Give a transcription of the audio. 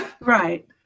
Right